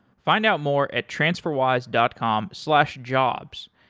find out more at transferwise dot com slash jobs.